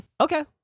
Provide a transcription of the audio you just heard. Okay